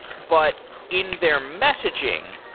but in their messaging,